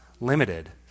limited